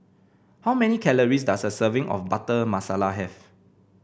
how many calories does a serving of Butter Masala have